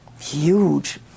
huge